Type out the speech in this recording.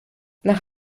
nach